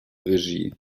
regie